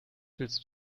willst